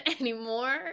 anymore